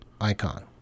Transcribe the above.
icon